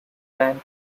band